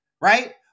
right